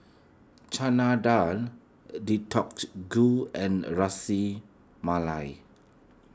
Chana Dal Gu and Ras Malai